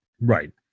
Right